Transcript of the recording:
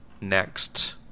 next